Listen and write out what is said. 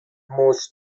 مشت